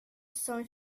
som